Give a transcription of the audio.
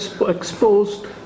exposed